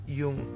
yung